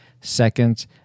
second